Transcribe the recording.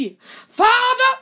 Father